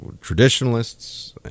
Traditionalists